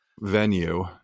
venue